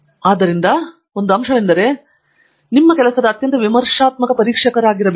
ಆದ್ದರಿಂದ ನೀವು ಒಗ್ಗಿಕೊಂಡಿರುವಂತಹ ಒಂದು ಅಂಶವೆಂದರೆ ನಿಮ್ಮ ಕೆಲಸದ ಅತ್ಯಂತ ವಿಮರ್ಶಾತ್ಮಕ ಪರೀಕ್ಷಕರಾಗಿರಬೇಕು